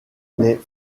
les